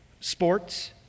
Sports